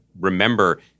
remember